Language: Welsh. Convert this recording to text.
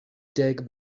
deg